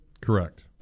Correct